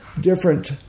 different